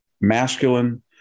masculine